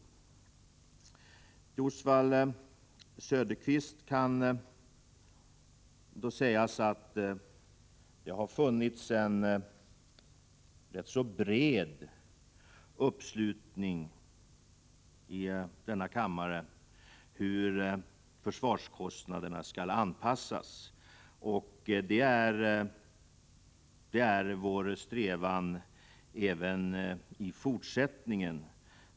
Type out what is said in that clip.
Till Oswald Söderqvist kan sägas att det har funnits en rätt bred uppslutning i denna kammare kring besluten om hur försvarskostnaderna skall anpassas, och det strävar vi efter även i fortsättningen.